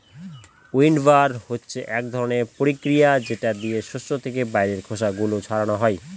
উইন্ডবার হচ্ছে এক ধরনের প্রক্রিয়া যেটা দিয়ে শস্য থেকে বাইরের খোসা গুলো ছাড়ানো হয়